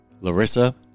Larissa